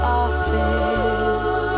office